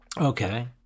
Okay